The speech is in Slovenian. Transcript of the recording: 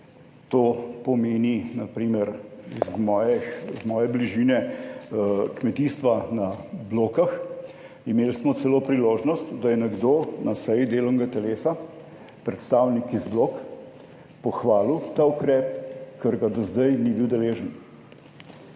to pomeni na primer iz moje bližine kmetijstva na Blokah. Imeli smo celo priložnost, da je nekdo na seji delovnega telesa, predstavnik iz Blok, pohvalil ta ukrep, ker ga do zdaj ni bil deležen.